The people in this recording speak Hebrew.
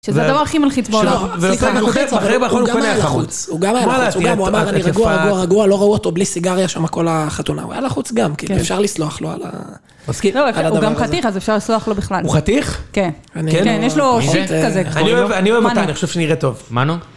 שזה הדבר הכי מלחיץ בו, לא, סליחה. הוא גם היה לחוץ, הוא גם היה לחוץ. הוא גם אמר, אני רגוע, רגוע, רגוע, לא ראו אותו, בלי סיגריה שם כל החתונה. הוא היה לחוץ גם, כאילו, אפשר לסלוח לו על הדבר הזה. הוא גם חתיך, אז אפשר לסלוח לו בכלל. הוא חתיך? כן. כן. יש לו שיט כזה. אני אוהב אותה. אני חושב שנראית טוב. מנו?